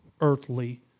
earthly